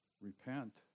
repent